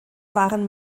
waren